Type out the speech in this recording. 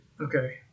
Okay